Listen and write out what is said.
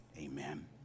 amen